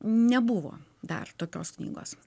nebuvo dar tokios knygos